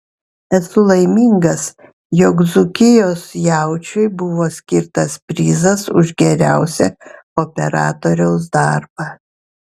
esu laimingas jog dzūkijos jaučiui buvo skirtas prizas už geriausią operatoriaus darbą